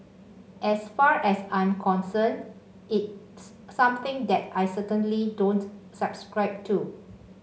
as far as I'm concerned it's something that I certainly don't subscribe to